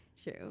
true